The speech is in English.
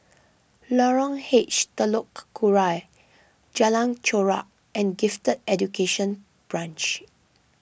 Lorong H Telok Kurau Jalan Chorak and Gifted Education Branch